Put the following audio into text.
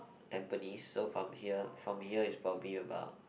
tampines so from here from here it's probably about